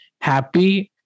Happy